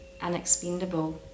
unexpendable